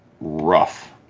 rough